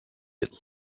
that